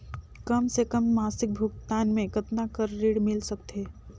कम से कम मासिक भुगतान मे कतना कर ऋण मिल सकथे?